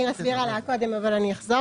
מירי הסבירה עליה קודם, אבל אני אחזור.